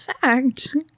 fact